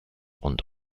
und